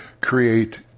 create